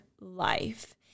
Life